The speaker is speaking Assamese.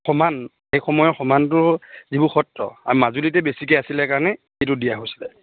সমান সেই সময়ৰ সমানটো যিবোৰ সত্ৰ মাজুলীতেই বেছিকৈ আছিলে কাৰণে এইটো দিয়া হৈছিলে